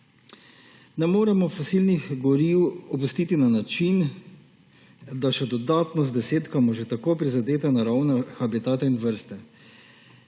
Ne moremo fosilnih goriv opustiti na način, da še dodatno zdesetkamo že tako prizadete naravne habitate in vrste.